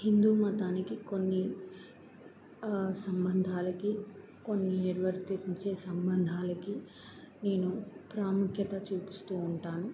హిందూ మతానికి కొన్ని సంబంధాలకి కొన్ని నిర్వర్తించే సంబంధాలకి నేను ప్రాముఖ్యత చూపిస్తూ ఉంటాను